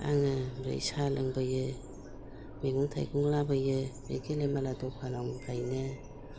आङो साहा लोंबोयो मैगं थाइगं लाबोयो बे गेलामाला दखाननिफ्रायनो